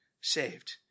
saved